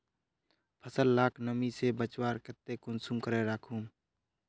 फसल लाक नमी से बचवार केते कुंसम करे राखुम?